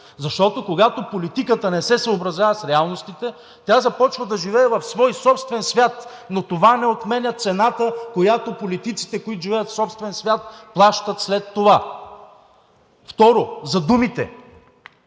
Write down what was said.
защото, когато политиката не се съобразява с реалностите, тя започва да живее в свой собствен свят, но това не отменя цената, която политиците, които живеят в собствен свят, плащат след това. Второ, за думите